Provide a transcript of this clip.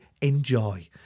Enjoy